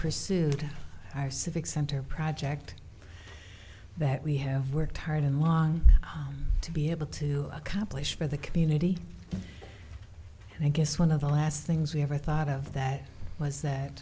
pursued our civic center project that we have worked hard and long to be able to accomplish for the community and i guess one of the last things we ever thought of that was that